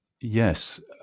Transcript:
yes